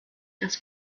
das